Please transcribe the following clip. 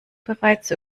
bereits